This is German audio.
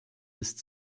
ist